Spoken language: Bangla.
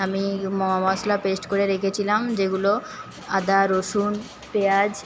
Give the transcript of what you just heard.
আমি মশলা পেস্ট করে রেখে ছিলাম যেগুলো আদা রসুন পেঁয়াজ